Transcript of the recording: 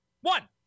One